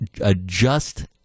adjust